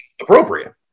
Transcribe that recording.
appropriate